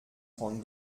trente